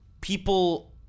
people